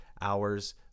hours